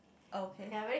okay